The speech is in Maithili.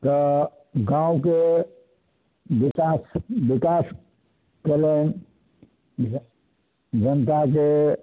तऽ गामके विकास विकास कएलनि जनताके